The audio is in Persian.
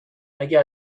اگه